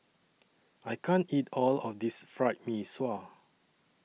I can't eat All of This Fried Mee Sua